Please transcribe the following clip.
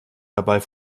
dabei